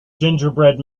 gingerbread